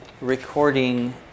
recording